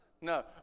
No